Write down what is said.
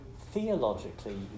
theologically